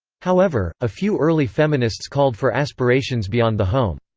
however, a few early feminists called for aspirations beyond the home.